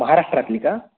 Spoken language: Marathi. महाराष्ट्रातली का